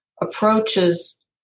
approaches